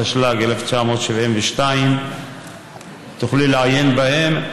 התשל"ג 1972. תוכלי לעיין בהן.